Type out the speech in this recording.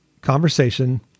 conversation